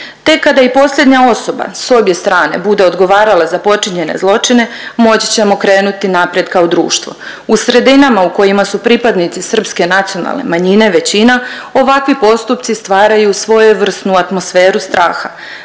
Tek kada i posljednja osoba s obje strane bude odgovarala za počinjene zločine moći ćemo krenuti naprijed kao društvo. U sredinama u kojima su pripadnici srpske nacionalne manjine većina ovakvi postupci stvaraju svojevrsnu atmosferu straha